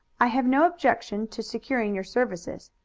i have no objection to securing your services,